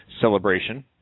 celebration